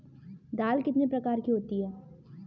दाल कितने प्रकार की होती है?